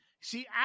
See